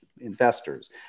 investors